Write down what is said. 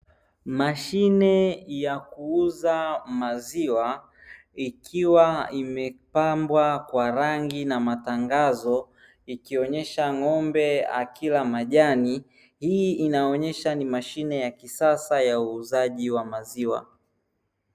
Mashine ya kuuza maziwa, ikiwa imepambwa kwa rangi na matangazo ikionesha ng'ombe akila majani hii inaonesha ni mashine ya kisasa ya uuzaji wa maziwa.